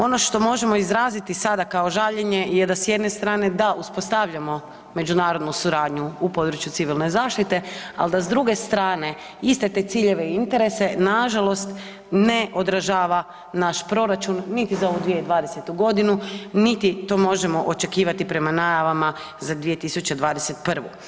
Ono što možemo izraziti sada kao žaljenje je da se s jedne strane da uspostavljamo međunarodnu suradnju u području civilne zaštite ali da s druge strane iste te ciljeve i interese, nažalost ne održava naš proračun niti za ovu 2020. g. niti to možemo očekivati prema najavama za 2021.